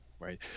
right